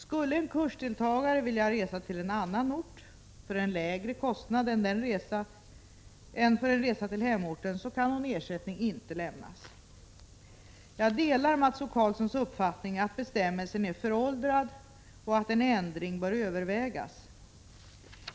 Skulle en kursdeltagare vilja resa till en annan ort — för en lägre kostnad än för en resa till hemorten — så kan någon ersättning inte lämnas. Jag delar Mats O Karlssons uppfattning att bestämmelsen är föråldrad och att en ändring bör övervägas.